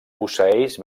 posseïx